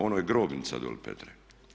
Ono je grobnica dolje Petre.